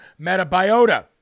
Metabiota